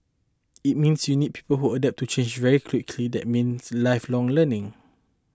it means you need people who adapt to change very quickly that means lifelong learning